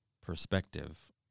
perspective